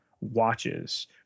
watches